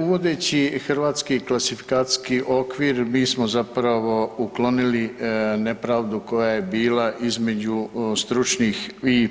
Uvodeći hrvatski kvalifikacijski okvir mi smo zapravo uklonili nepravdu koja je bila između stručnih i